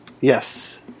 Yes